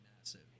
massive